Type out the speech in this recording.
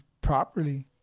properly